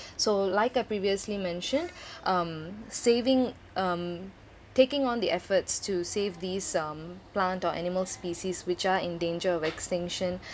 so like I previously mentioned um saving um taking on the efforts to save these um plant or animal species which are in danger of extinction